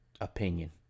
opinion